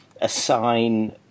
assign –